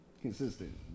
consistent